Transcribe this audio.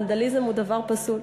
ונדליזם הוא דבר פסול.